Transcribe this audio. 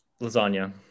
Lasagna